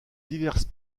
diverses